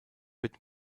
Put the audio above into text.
wird